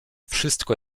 wszystko